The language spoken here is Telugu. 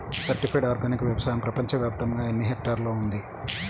సర్టిఫైడ్ ఆర్గానిక్ వ్యవసాయం ప్రపంచ వ్యాప్తముగా ఎన్నిహెక్టర్లలో ఉంది?